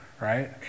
right